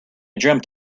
dreamt